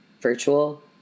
virtual